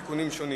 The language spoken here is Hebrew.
תיקונים שונים),